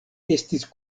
estis